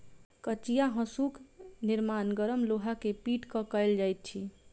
कचिया हाँसूक निर्माण गरम लोहा के पीट क कयल जाइत अछि